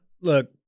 Look